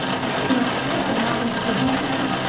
i do not care what happens to him,